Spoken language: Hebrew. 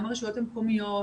גם הרשויות המקומיות,